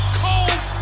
cold